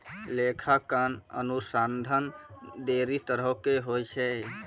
लेखांकन अनुसन्धान ढेरी तरहो के होय छै